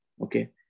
Okay